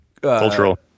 cultural